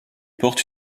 porte